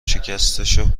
شکستشو